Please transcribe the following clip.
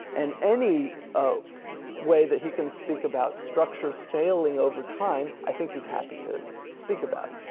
and any way that he can speak about structures failing over time, i think he's happy to speak about